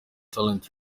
talent